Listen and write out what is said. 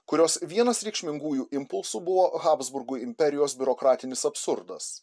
kurios vienas reikšmingųjų impulsų buvo habsburgų imperijos biurokratinis absurdas